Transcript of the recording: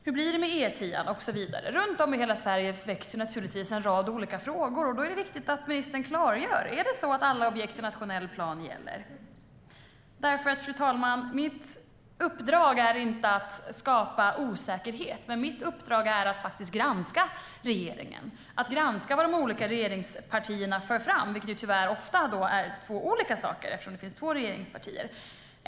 Hur blir det med E10:an och så vidare? Runt om i hela Sverige väcks en rad olika frågor. Då är det viktigt att ministern klargör detta. Gäller alla objekt i nationell plan? Fru talman! Mitt uppdrag är inte att skapa osäkerhet. Men mitt uppdrag är att granska regeringen och att granska vad de olika regeringspartierna för fram, vilket tyvärr ofta är två olika saker eftersom det finns två regeringspartier.